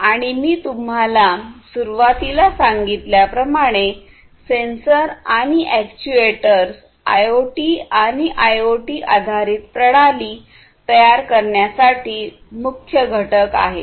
आणि मी तुम्हाला सुरुवातीला सांगितल्याप्रमाणे सेन्सर्स आणि अॅक्ट्युएटर्स आयओटी आणि आयआयओटी आधारित प्रणाली तयार करण्यासाठी मुख्य घटक आहेत